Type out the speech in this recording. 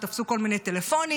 שתפסו כל מיני טלפונים,